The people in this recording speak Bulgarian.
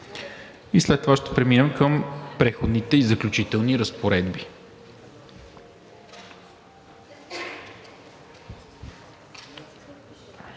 и след това ще преминем към „Преходните и заключителните разпоредби“.